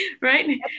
right